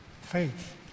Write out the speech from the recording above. faith